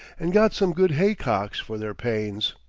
and got some good hay-cocks for their pains.